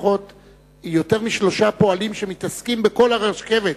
משלושה פועלים שמתעסקים בכל הרכבת,